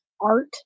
art